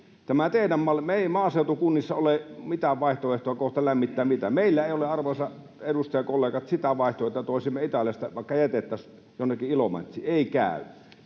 Meillä maaseutukunnissa ei ole kohta mitään vaihtoehtoa lämmittää mitään. Meillä ei ole, arvoisat edustajakollegat, sitä vaihtoehtoa, että toisimme Italiasta vaikka jätettä jonnekin Ilomantsiin. Ei käy.